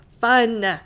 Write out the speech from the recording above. fun